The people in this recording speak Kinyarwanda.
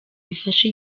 bifashe